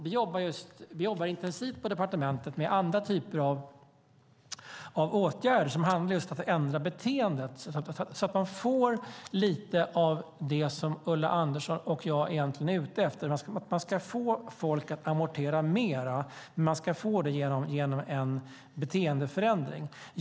Vi jobbar intensivt på departementet med andra typer av åtgärder som handlar just om att ändra beteendet så att man får lite av det som Ulla Andersson och jag egentligen är ute efter. Man ska få folk att amortera mer, men man ska få det genom en beteendeförändring.